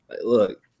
Look